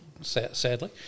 sadly